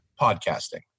podcasting